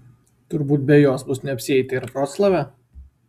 turbūt be jos bus neapsieita ir vroclave